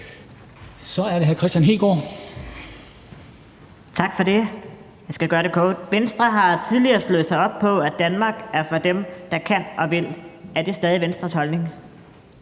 Kl. 13:57 Kristian Hegaard (RV): Tak for det. Jeg skal gøre det kort. Venstre har tidligere slået sig op på, at Danmark er for dem, der kan og vil. Er det stadig Venstres holdning?